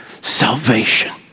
salvation